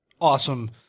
awesome